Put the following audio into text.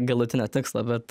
galutinio tikslo bet